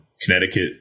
Connecticut